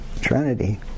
Trinity